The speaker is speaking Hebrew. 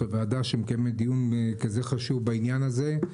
לוועדה שמקיימת דיון כזה חשוב בעניין הזה.